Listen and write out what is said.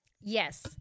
yes